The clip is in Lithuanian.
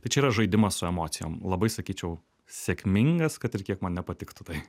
tai čia yra žaidimas su emocijom labai sakyčiau sėkmingas kad ir kiek man nepatiktų tai